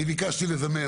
אני ביקשתי לזמן,